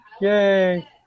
Yay